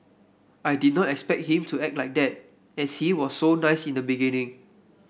I didn't expect him to act like that as he was so nice in the beginning